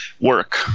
work